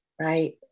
right